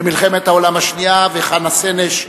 של הצנחנים במלחמת העולם השנייה, ושל חנה סנש,